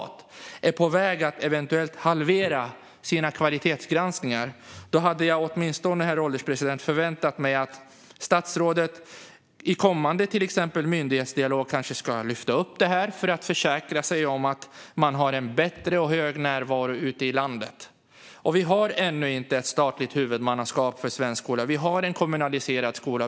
Hur ser regeringen egentligen på att Skolinspektionen eventuellt är på väg att halvera sina kvalitetsgranskningar? Jag hade åtminstone förväntat mig att statsrådet kanske i till exempel kommande myndighetsdialog ska lyfta upp det för att försäkra sig om att man har en bättre och hög närvaro ute i landet. Vi har ännu inte ett statligt huvudmannaskap för svensk skola. Vi har en kommunaliserad skola.